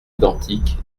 identiques